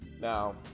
Now